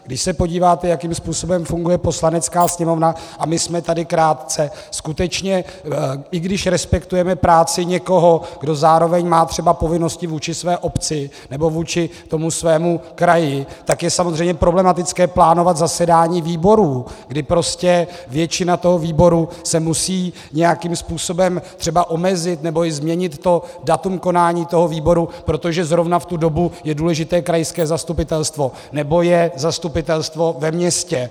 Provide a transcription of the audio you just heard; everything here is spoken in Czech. Když se podíváte, jakým způsobem funguje Poslanecká sněmovna, a my jsme tady krátce, skutečně, i když respektujeme práci někoho, kdo má zároveň třeba povinnosti vůči své obci nebo vůči svému kraji, tak je samozřejmě problematické plánovat zasedání výborů, kdy prostě většina toho výboru se musí nějakým způsobem třeba omezit, nebo i změnit datum konání výboru, protože zrovna v tu dobu je důležité krajské zastupitelstvo nebo je zastupitelstvo ve městě.